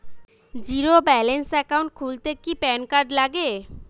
Zero balance account খুলতে কি PAN card লাগে?